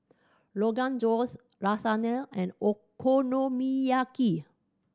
Rogan Josh Lasagne and Okonomiyaki